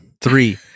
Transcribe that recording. three